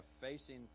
facing